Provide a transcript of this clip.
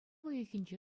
уйӑхӗнче